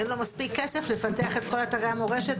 אין לו מספיק כסף לפתח את כל אתרי המורשת,